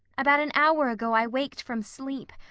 about an hour ago i waked from sleep,